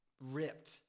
ripped